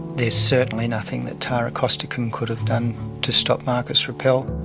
there's certainly nothing that tara costigan could have done to stop marcus rappel.